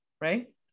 right